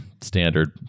standard